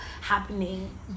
happening